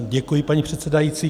Děkuji, paní předsedající.